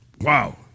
wow